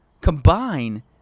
combine